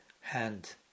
hand